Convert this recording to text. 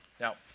Now